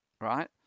right